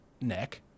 neck